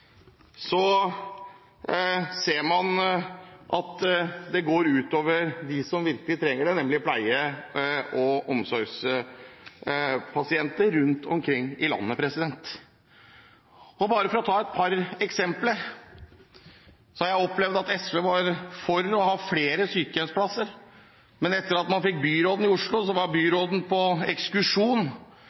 ser man at det går ut over dem som virkelig trenger det, nemlig pleie- og omsorgspasienter rundt omkring i landet. Bare for å ta et par eksempler: Jeg har opplevd at SV var for å ha flere sykehjemsplasser, men etter at de fikk byråden i Oslo, var byråden på